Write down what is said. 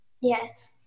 Yes